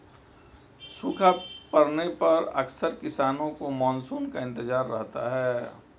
सूखा पड़ने पर अक्सर किसानों को मानसून का इंतजार रहता है